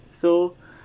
so